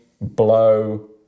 blow